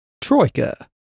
Troika